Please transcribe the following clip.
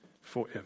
forever